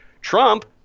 Trump